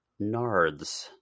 Nards